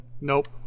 Nope